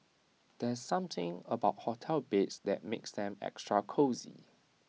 there's something about hotel beds that makes them extra cosy